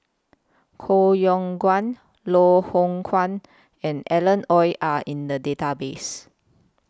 Koh Yong Guan Loh Hoong Kwan and Alan Oei Are in The Database